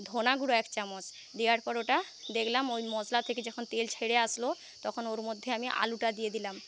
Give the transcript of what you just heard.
ধনা গুঁড়া এক চামচ দেওয়ার পর ওটা দেখলাম ওই মশলা থেকে যখন তেল ছেড়ে আসলো তখন ওর মধ্যে আমি আলুটা দিয়ে দিলাম